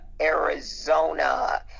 Arizona